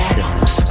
Adams